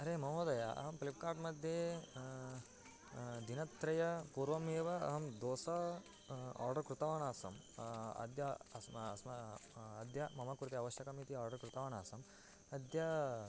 अरे महोदय अहं फ़्लिप्कार्ट्मध्ये दिनत्रयं पूर्वमेव अहं दोसा आर्डर् कृतवान् आसम् अद्य अस्म् अस्म अद्य मम कृते आवश्यकम् इति आर्डर् कृतवान् आसम् अद्य